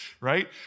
right